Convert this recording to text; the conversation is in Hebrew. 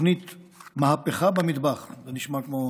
תוכנית "מהפכה במטבח" זה נשמע כמו